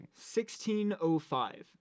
1605